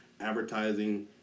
advertising